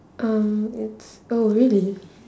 um it's oh really